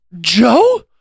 Joe